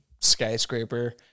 skyscraper